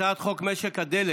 הצעת חוק משק הדלק